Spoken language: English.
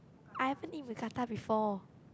I haven't eat Mookata before